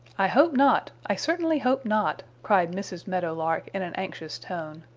i hope not. i certainly hope not, cried mrs. meadow lark in an anxious tone.